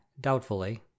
doubtfully